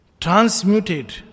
Transmuted